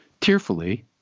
tearfully